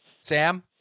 Sam